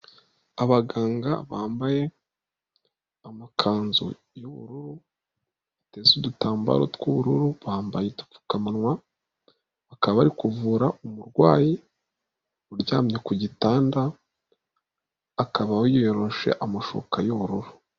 Abaganga bambaye amakanzu y'ubururu, bateze udutambaro tw'ubururu, bambaye udupfukamunwa, bakaba ari kuvura umurwayi, uryamye ku gitanda ,akaba yiyoroshe amashuka y'ubururu.